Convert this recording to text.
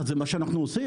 זה מה שאנחנו עושים.